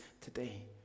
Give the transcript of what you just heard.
today